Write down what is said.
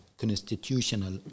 constitutional